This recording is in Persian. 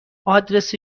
آدرس